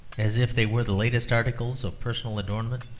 as if they were the latest article of personal adornment.